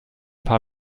paar